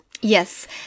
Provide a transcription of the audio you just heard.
Yes